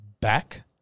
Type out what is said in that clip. back